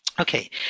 okay